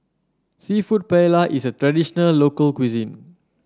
seafood Paella is a traditional local cuisine